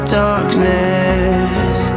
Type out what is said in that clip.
darkness